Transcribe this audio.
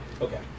Okay